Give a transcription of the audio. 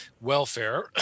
welfare